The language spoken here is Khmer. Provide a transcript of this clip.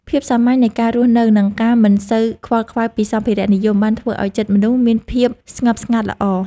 ភាពសាមញ្ញនៃការរស់នៅ និងការមិនសូវខ្វល់ខ្វាយពីសម្ភារៈនិយម បានធ្វើឱ្យចិត្តមនុស្សមានភាពស្ងប់ស្ងាត់ល្អ។